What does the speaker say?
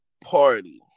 party